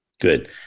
Good